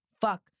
fuck